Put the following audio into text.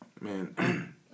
Man